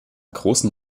großen